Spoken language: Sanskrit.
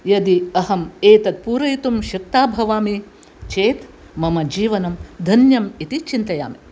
यदि अहं एतत् पूरयितुं शक्ता भवामि चेत् मम जीवनं धन्यम् इति चिन्तयामि